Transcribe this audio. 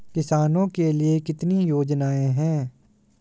किसानों के लिए कितनी योजनाएं हैं?